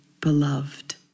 beloved